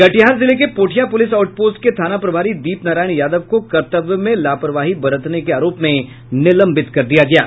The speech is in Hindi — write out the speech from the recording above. कटिहार जिले के पोठिया पुलिस आउट पोस्ट के थाना प्रभारी दीप नारायण यादव को कर्तव्य में लापरवाही बरतने के आरोप में निलंबित कर दिया गया है